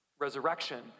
Resurrection